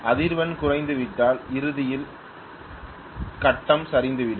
அதிர்வெண் குறைந்துவிட்டால் இறுதியில் கட்டம் சரிந்துவிடும்